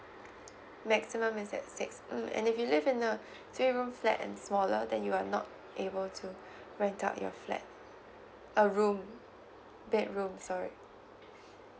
maximum is at six mm and if you live in a three room flat and smaller then you are not able to rent out your flat uh room bedrooms sorry